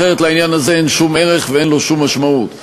אחרת לעניין הזה אין שום ערך ושום משמעות.